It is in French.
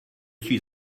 suis